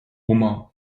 hummer